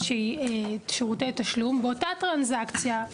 שהיא שירותי תשלום באותה טרנזקציה,